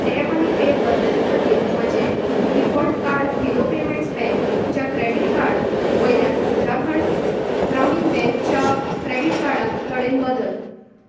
tap आनी pay पद्दती खातीर म्हजें डिफॉल्ट कार्ड फिनो पेमेंट्स बँकच्या क्रेडीट कार्ड वयल्यान उत्तराखंड ग्रामीण बँकच्या क्रेडीट कार्डान कडेन बदल